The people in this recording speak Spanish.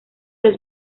los